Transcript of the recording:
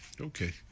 Okay